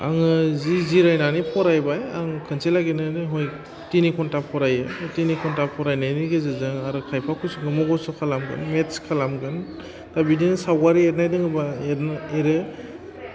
आङो जि जिरायनानै फरायबाय आं खोनसे लागैनानै हय थिनि घन्टा फरायो थिनि घन्टा फरायनायनि गेजेरजों आरो खायफा कुइसनखौ मखस्थ' खालामगोन मेथ्स खालामगोन दा बिदि सावगारि एरनो रोङोबा एरनो एरो